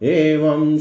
evam